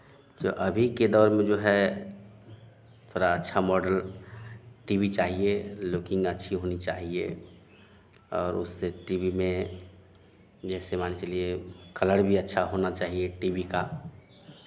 जो अभी के दौर में जो है थोड़ा अच्छा मॉडल टी वी चाहिए लुकिंग अच्छी होनी चाहिए और उससे टी वी में जैसे मान के चलिए कलर भी अच्छा होना चाहिए टी वी का